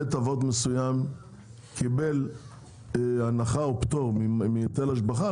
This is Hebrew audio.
בית אבות מסוים קיבל הנחה או פטור מהיטל השבחה,